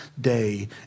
day